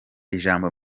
ijambo